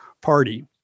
party